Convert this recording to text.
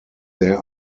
there